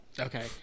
Okay